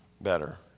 better